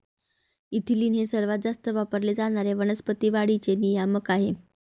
ethylene हे सर्वात जास्त वापरले जाणारे वनस्पती वाढीचे नियामक आहे